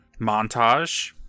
montage